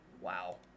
Wow